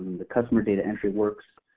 the customer data entry works